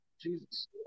Jesus